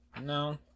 no